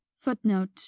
Footnote